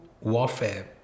warfare